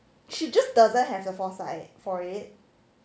she just doesn't have the foresight for it